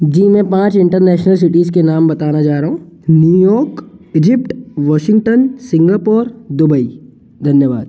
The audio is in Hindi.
जी मैं पाँच इंटरनेशनल सीटिज़ के नाम बताने जा रहा हूँ New York Egypt Washington Washington Singapore Dubai धन्यवाद